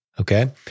Okay